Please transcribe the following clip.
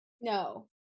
no